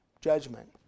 Judgment